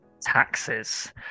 taxes